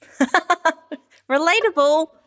Relatable